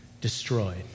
Destroyed